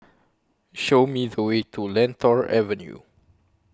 Show Me The Way to Lentor Avenue